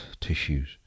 tissues